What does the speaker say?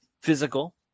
physical